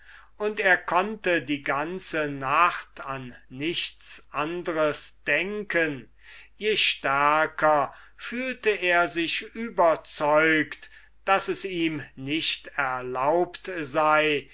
und er konnte die ganze nacht an nichts anders denken je stärker fühlte er sich überzeugt daß ihm nicht erlaubt sei